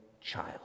child